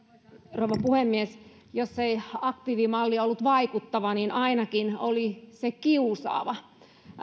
rouva puhemies jos ei aktiivimalli ollut vaikuttava niin ainakin se oli kiusaava